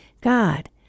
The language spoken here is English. God